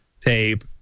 tape